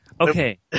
Okay